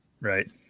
right